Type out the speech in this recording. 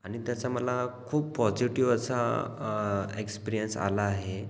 आणि त्याचा मला खूप पॉजिटिव असा एक्सप्रियंस आला आहे